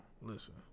listen